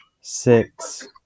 Six